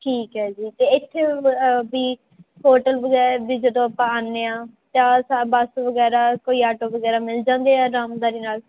ਠੀਕ ਹੈ ਜੀ ਅਤੇ ਇੱਥੇ ਵੀ ਹੋਟਲ ਵਗੈਰਾ ਵੀ ਜਦੋਂ ਆਪਾਂ ਆਉਂਦੇ ਹਾਂ ਚਾਰ ਸਾਹਿਬ ਬਸ ਵਗੈਰਾ ਕੋਈ ਆਟੋ ਵਗੈਰਾ ਮਿਲ ਜਾਂਦੇ ਆ ਅਰਾਮਦਾਰੀ ਨਾਲ